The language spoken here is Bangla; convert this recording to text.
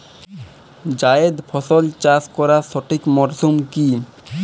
জায়েদ ফসল চাষ করার সঠিক মরশুম কি?